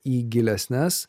į gilesnes